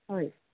হয়